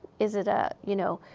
is it, ah you know,